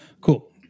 Cool